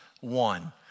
one